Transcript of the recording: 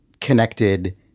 connected